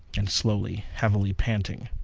and slowly, heavily panting.